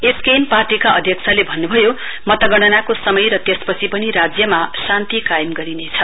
SKM पार्टीका अध्यक्षले भन्नुभयो मतगणनाको समय र त्यसपछि पनि राज्यमा शान्ति कायम गरिनेछ